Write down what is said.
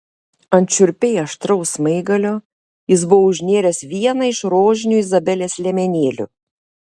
ant šiurpiai aštraus smaigalio jis buvo užnėręs vieną iš rožinių izabelės liemenėlių